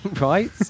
right